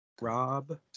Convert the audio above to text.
Rob